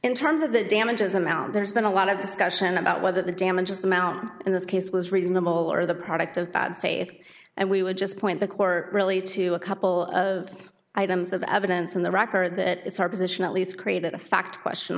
in terms of the damages amount there's been a lot of discussion about whether the damages amount in this case was reasonable or the product of bad faith and we would just point the court really to a couple of items of evidence in the record that it's our position at least created a fact question